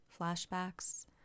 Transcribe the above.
flashbacks